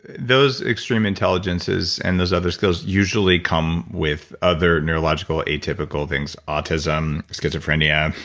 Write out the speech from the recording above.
those extreme intelligences and those other skills usually come with other neurological atypical things, autism, schizophrenia,